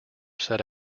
set